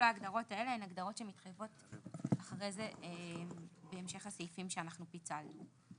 ההגדרות האלה הן הגדרות שמתחייבות אחרי זה בהמשך הסעיפים שאנחנו פיצלנו.